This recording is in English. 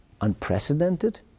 unprecedented